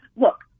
Look